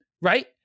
right